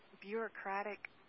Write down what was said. bureaucratic